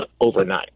overnight